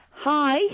Hi